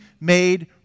made